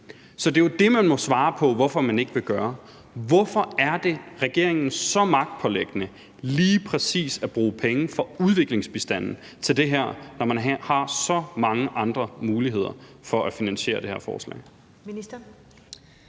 Så det er jo det, man må svare på, altså hvorfor man ikke vil gøre det. Hvorfor er det regeringen så magtpåliggende lige præcis at bruge penge fra udviklingsbistanden til det her, når man har så mange andre muligheder for at finansiere det her forslag?